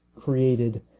created